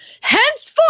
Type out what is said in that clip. Henceforth